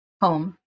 home